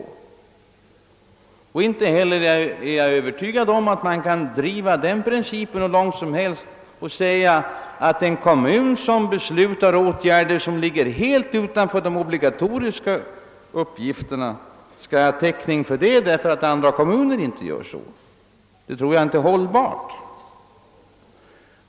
Jag är inte heller övertygad om att man kan driva den principen hur långt som helst att en kommun, som beslutar åtgärder helt utanför de obligatoriska uppgifterna, skall ha täckning för de utgifterna. Det är inte hållbart.